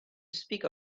speak